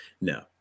No